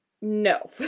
No